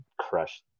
crush